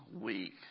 weak